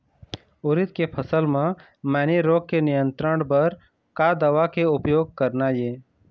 उरीद के फसल म मैनी रोग के नियंत्रण बर का दवा के उपयोग करना ये?